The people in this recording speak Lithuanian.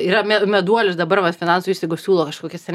yra meduolius dabar vat finansų įstaigos siūlo kažkokias ar